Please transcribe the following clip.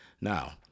Now